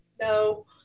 no